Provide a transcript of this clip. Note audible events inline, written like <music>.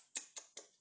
<noise>